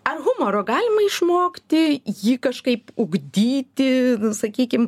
ar humoro galima išmokti jį kažkaip ugdyti sakykim